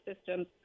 systems